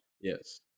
Yes